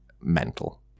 mental